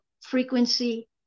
frequency